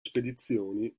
spedizioni